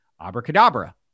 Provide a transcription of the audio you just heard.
Abracadabra